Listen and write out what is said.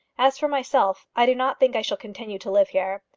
as for myself, i do not think i shall continue to live here.